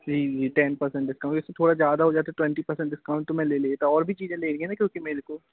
जी जी ten percent discount इससे थोड़ा ज़्यादा हो जाता ट्वेन्टी परसेंट डिस्काउंट तो मैं ले लेता और भी चीज़ें लेनी है ना क्योंकि मेरे को